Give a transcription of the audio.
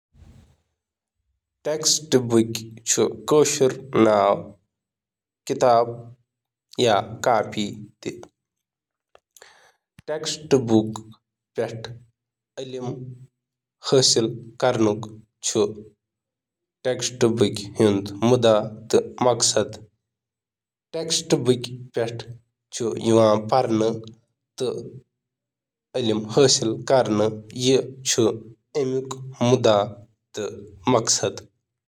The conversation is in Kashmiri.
درسی کتابہٕ چِھ تعلیمس منٛز اہم تدریسی وسائلن ہنٛد پأنٹھ کٲم کران۔ تم چِھ کُنہٕ مخصوص مضمون یا کورسس سۭتۍ متعلق موادچ اکھ منظم تہٕ منظم پیشکش فراہم کرنہٕ خاطرٕ ڈیزائن کرنہٕ آمت۔